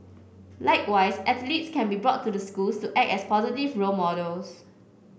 likewise athletes can also brought to the schools to act as positive role models